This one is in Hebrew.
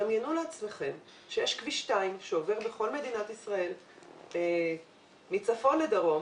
דמיינו לעצמכם שיש כביש 2 שעובר בכל מדינת ישראל מצפון לדרום,